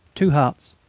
two hearts.